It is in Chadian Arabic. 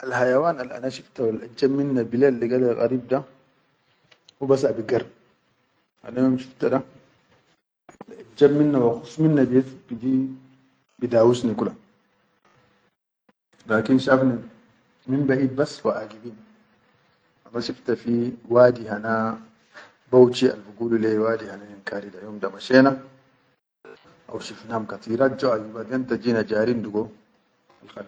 Al hayawan al ana shifta wal ajjab minna bilen liggal al karib da hubas abi gar, ana yom shifta da alʼejab minna wa hus minna ya iji ida wus ni kula lakin shafni fi wadi hana Bauchi al bi gulu wadi hana yankari yom da mashena haushif na hum kateerat jo a yubat yom ta ji na jarin di go.